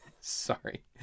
sorry